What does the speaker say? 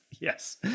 Yes